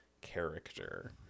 character